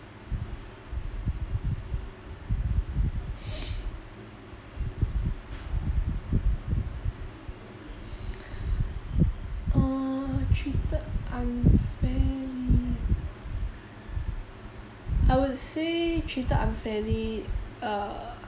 uh treated unfairly I would say treated unfairly uh